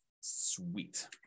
Sweet